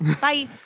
bye